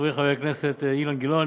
חברי חבר הכנסת אילן גילאון,